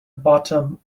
bottom